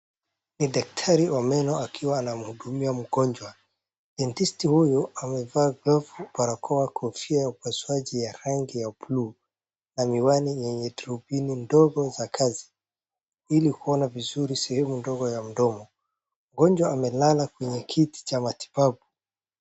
Ni daktari wa meno akiwa anamhudumia mgonjwa debtisti huyu amevaa glovu , barakoa , kofia ya upasuaji ya rangi ya blue na miwani yenye darubini ndogo za kazi ili kuona vizuri sehemu ndogo ya mdomo , mgonjwa amelala kwenye kiti cha matibabu.